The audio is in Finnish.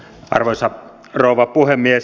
arvoisa rouva puhemies